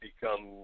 become